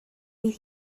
bydd